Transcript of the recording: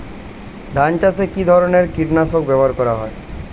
ধান চাষে কী ধরনের কীট নাশক ব্যাবহার করা হয়?